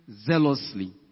zealously